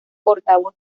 portavoz